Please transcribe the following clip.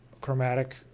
chromatic